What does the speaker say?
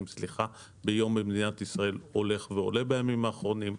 ביום במדינת ישראל הולך ועולה בימים האחרונים,